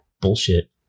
bullshit